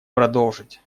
продолжить